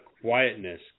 quietness